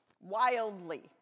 Wildly